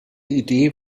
idee